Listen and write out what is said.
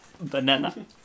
Banana